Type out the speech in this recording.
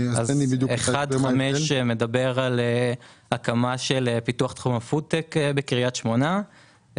1.5 מדבר על הקמה של פיתוח תחום הפוד-טק בקריית שמונה,